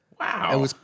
Wow